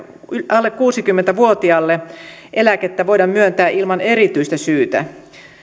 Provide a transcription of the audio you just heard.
alle kuusikymmentä vuotiaalle eläkettä voida myöntää ilman erityistä syytä